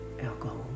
alcohol